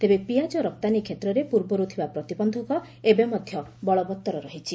ତେବେ ପିଆଜ ରପ୍ତାନୀ କ୍ଷେତ୍ରରେ ପୂର୍ବରୁ ଥିବା ପ୍ରତିବନ୍ଧକ ଏବେ ମଧ୍ୟ ବଳବତ୍ତର ରହିଛି